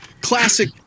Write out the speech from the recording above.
classic